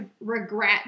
regret